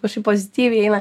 kažkaip pozityviai eina